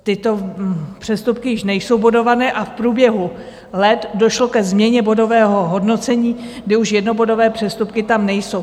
Tyto přestupky již nejsou bodované a v průběhu let došlo ke změně bodového hodnocení, kdy už jednobodové přestupky tam nejsou.